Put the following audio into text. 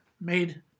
made